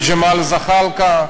לג'מאל זחאלקה.